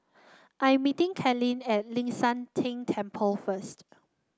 I'm meeting Kalene at Ling San Teng Temple first